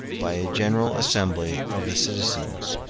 by a general assembly of the citizens.